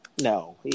No